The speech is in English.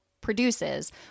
produces